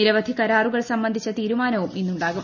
നിരവധി കരാറുകൾ സംബന്ധിച്ച തീരുമാനവും ഇന്നുണ്ടാകും